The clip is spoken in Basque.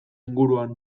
inguruan